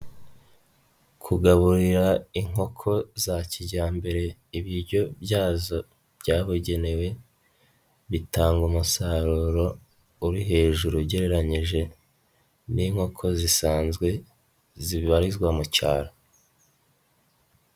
Kugaburira inkoko za kijyambere ibiryo byazo byabugenewe, bitanga umusaruro uri hejuru ugereranyije n'inkoko zisanzwe zibarizwa mu cyaro.